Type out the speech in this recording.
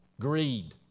greed